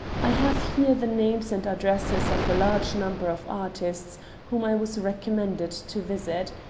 i have here the names and addresses of a large number of artists whom i was recommended to visit.